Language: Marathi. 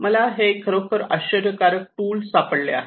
मला हे खरोखर आश्चर्यकारक टूल सापडले आहे